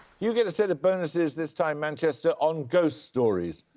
you get a set of bonuses this time, manchester, on ghost stories.